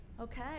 okay